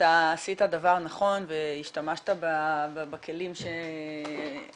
אתה עשית דבר נכון והשתמשת בכלים שעמדו